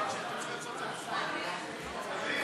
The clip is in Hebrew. צריכים לעשות את זה לפני, ולא אחרי.